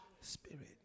spirit